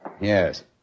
Yes